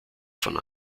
von